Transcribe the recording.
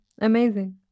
Amazing